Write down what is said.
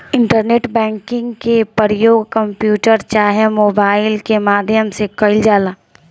internet banking के परयोग computer चाहे मोबाइल के माध्यम से कईल जाला